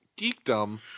geekdom